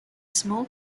small